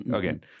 again